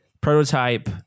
prototype